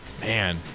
Man